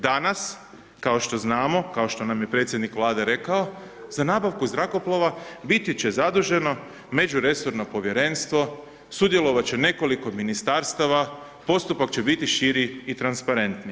Danas kao što znamo kao što nam je predsjednik Vlade Rekao za nabavku zrakoplova biti će zaduženo međuresorno povjerenstvo, sudjelovat će nekoliko ministarstava, postupak će biti širi i transparentniji.